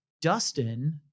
Dustin